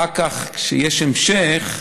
אחר כך, כשיש המשך,